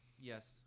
Yes